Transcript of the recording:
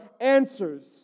answers